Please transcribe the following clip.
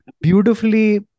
beautifully